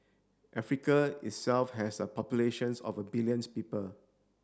Africa itself has a populations of a billions people